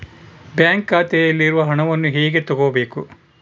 Bank ಖಾತೆಯಲ್ಲಿರುವ ಹಣವನ್ನು ಹೇಗೆ ತಗೋಬೇಕು?